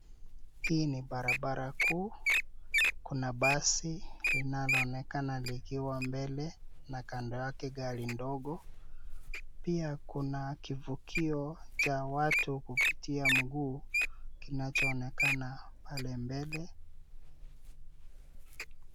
Hii ni barabara kuu. Kuna basi linaloonekana likiwa mbele na kando yake gari ndogo ,pia kuna kivukio cha watu kupitia mguu kinachoonekana pale mbele.